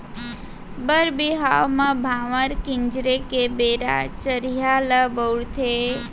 बर बिहाव म भांवर किंजरे के बेरा चरिहा ल बउरथे